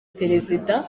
perezida